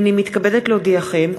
הנני מתכבדת להודיעכם,